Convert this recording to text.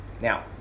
Now